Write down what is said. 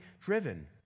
driven